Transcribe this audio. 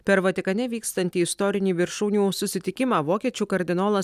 per vatikane vykstantį istorinį viršūnių susitikimą vokiečių kardinolas